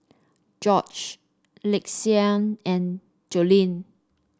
Jorge Lakeshia and Jolene